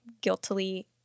guiltily